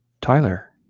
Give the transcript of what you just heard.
Tyler